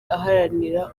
aharanira